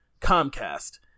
Comcast